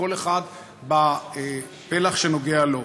כל אחד בפלח שנוגע לו.